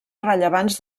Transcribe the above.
rellevants